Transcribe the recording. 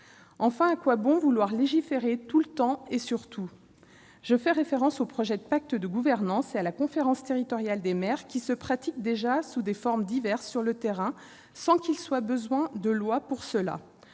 Enfin, à quoi bon vouloir légiférer tout le temps et sur tout ? Je fais ici référence au projet de pacte de gouvernance et à la conférence territoriale des maires, qui se pratiquent déjà sous des formes diverses sur le terrain sans qu'il soit besoin de loi pour cela,